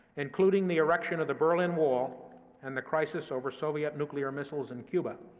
including the erection of the berlin wall and the crisis over soviet nuclear missiles in cuba,